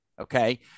Okay